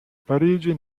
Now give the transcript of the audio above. parigi